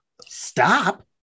stop